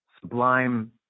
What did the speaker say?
sublime